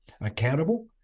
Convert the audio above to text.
accountable